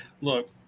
Look